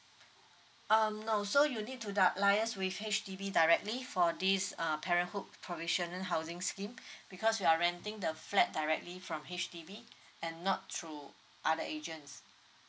um no so you'll need to di~ liaise with H _D_B directly for this uh parenthood provisional housing scheme because you are renting the flat directly from H_D_B and not through other agents